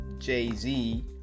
Jay-Z